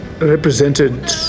represented